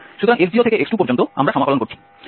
সুতরাং x0 থেকে x2 পর্যন্ত আমরা সমাকলন করছি